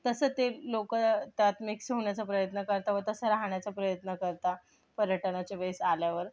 तसं ते लोक त्यात मिक्स होण्याचा प्रयत्न करतात व तसा राहण्याचा प्रयत्न करतात पर्यटनाच्या वेळेस आल्यावर बस